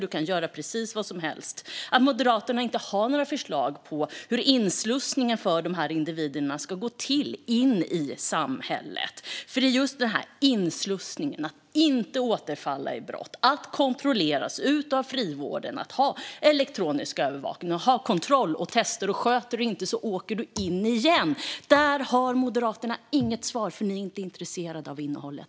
Du kan göra precis vad som helst", på varför Moderaterna inte har några förslag på hur inslussningen av de här individerna tillbaka i samhället ska gå till. När det gäller just inslussningen för att inte återfalla i brott - att man kontrolleras av frivården och har elektronisk övervakning och kontroller och tester, och sköter man sig inte åker man in igen - har ni moderater inget svar, för ni är inte intresserade av innehållet.